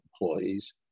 employees